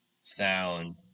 sound